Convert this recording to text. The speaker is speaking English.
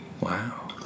Wow